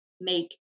make